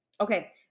Okay